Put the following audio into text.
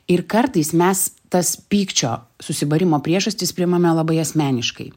ir kartais mes tas pykčio susibūrimo priežastis priimame labai asmeniškai